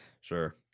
Sure